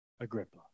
Agrippa